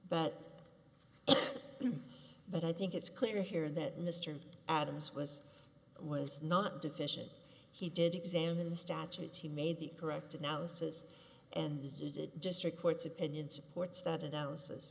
but but i think it's clear here that mr adams was was not deficient he did examine the statutes he made the correct analysis and to the district court's opinion supports that